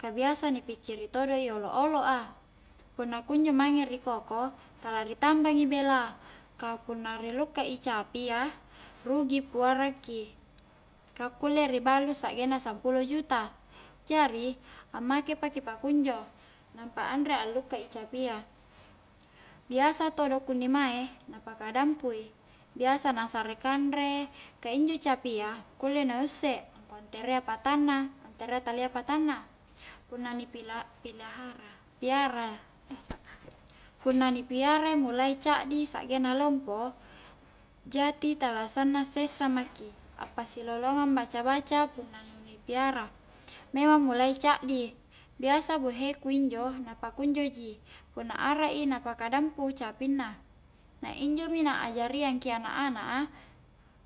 Ka biasa ni pikkiri todoi olo'-olo' a punna kunjo mange ri koko tala ri tambang bela ka punna ri lukka i capia rugi puara ki ka kulle ri balu sa'genna sampulo juta. Jari, ammake paki pakunjo nampa anre allukka i capia biasa todo kunni mae na paka dampui, biasa na sare kanre, ka injo capia kulle na usse angkua nterea patanna nterea talia patanna. Punna ni pila-pilahara piara punna ni piara i mulai caddi sa'genna lompo jati tala sanna sessa maki appasilalongang baca-baca punna nu ni piara memang mulai caddi, biasa boheku injo na pakunjo ji, punna arak i na paka dampu capinna, na injo mi na ajariangki anak-anak a